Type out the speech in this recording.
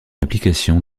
application